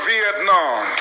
Vietnam